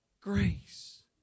grace